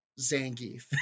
Zangief